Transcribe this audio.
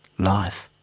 life.